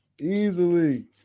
easily